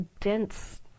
dense